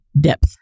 depth